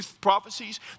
prophecies